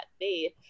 faith